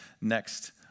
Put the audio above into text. next